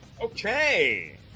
Okay